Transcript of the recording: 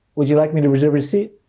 would you like me to reserve a seat?